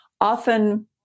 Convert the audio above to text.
Often